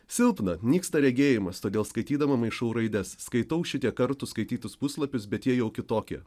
silpna nyksta regėjimas todėl skaitydama maišų raides skaitau šitiek kartų skaitytus puslapius bet jie jau kitokie